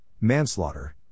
manslaughter